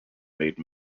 made